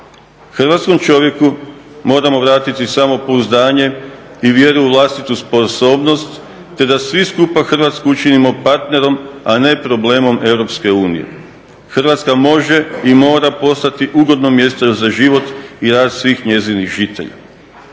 Hrvatskom čovjeku moramo vratiti samopouzdanje i vjeru u vlastitu sposobnost te da svi skupa Hrvatsku učinimo partnerom, a ne problemom EU. Hrvatska može i mora postati ugodno mjesto za život i rad svih njezinih žitelja.